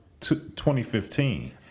2015